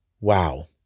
Wow